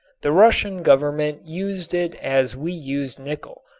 the russian government used it as we use nickel,